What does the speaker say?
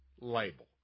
label